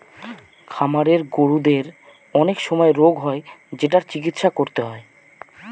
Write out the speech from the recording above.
খামারের গরুদের অনেক সময় রোগ হয় যেটার চিকিৎসা করতে হয়